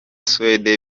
suède